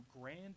grand